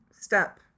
step